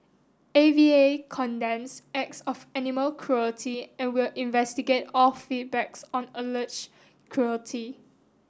A V A condemns acts of animal cruelty and will investigate all feedback's on alleged cruelty